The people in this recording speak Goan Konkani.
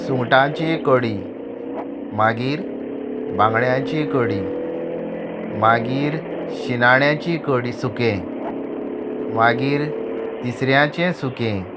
सुंगटांची कडी मागीर बांगड्यांची कडी मागीर शिणाण्याची कडी सुकें मागीर तिसऱ्यांचें सुकें